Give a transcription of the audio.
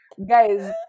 Guys